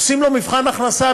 עושים לו מבחן הכנסה,